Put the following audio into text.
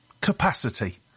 Capacity